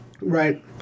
Right